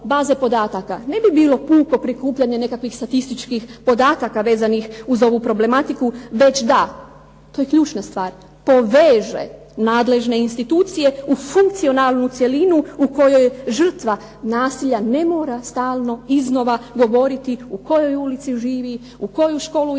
ne bi bilo puno skupljanje nekakvih statističkih podataka vezanih uz ovu problematiku, već da to je ključna stvar, poveže nadležne institucije u funkcionalnu cjelinu u kojoj žrtva nasilja ne mora stalno iznova govoriti u kojoj ulici živi, u koju školu je